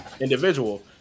individual